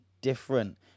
different